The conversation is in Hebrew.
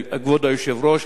כבוד היושב-ראש,